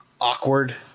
awkward